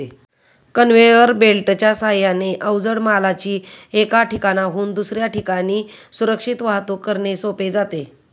conveyor बेल्टच्या साहाय्याने अवजड मालाची एका ठिकाणाहून दुसऱ्या ठिकाणी सुरक्षित वाहतूक करणे सोपे जाते